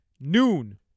Noon